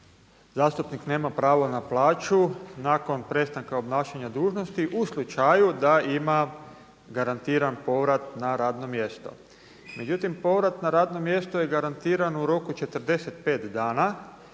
zastupnik nema pravo na plaću nakon prestanka obnašanja dužnosti u slučaju da ima garantiran povrat na radno mjesto. Međutim, povrat na radno mjesto je garantiran u roku 45 dana